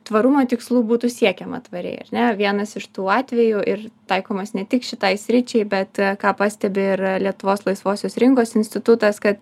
tvarumo tikslų būtų siekiama tvariai ar ne vienas iš tų atvejų ir taikomas ne tik šitai sričiai bet ką pastebi ir lietuvos laisvosios rinkos institutas kad